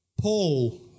Paul